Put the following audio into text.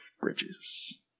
Bridges